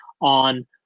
on